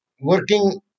working